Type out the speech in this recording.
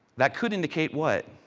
that could indicate what?